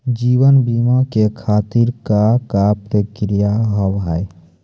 जीवन बीमा के खातिर का का प्रक्रिया हाव हाय?